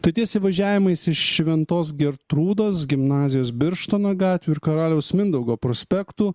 tai ties įvažiavimais į šventos gertrūdos gimnazijos birštono gatvių ir karaliaus mindaugo prospektų